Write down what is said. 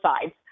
sides